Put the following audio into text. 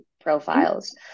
profiles